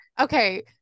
Okay